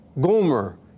Gomer